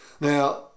Now